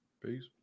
Peace